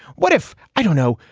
what if i don't know.